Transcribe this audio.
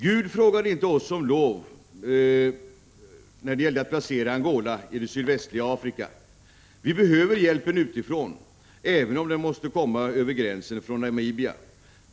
Gud frågade inte oss om lov när det gällde att placera Angola i det sydvästra Afrika. Vi behöver hjälpen utifrån, även om den måste komma över gränsen från Namibia.